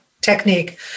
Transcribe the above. technique